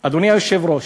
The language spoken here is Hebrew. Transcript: אדוני היושב-ראש,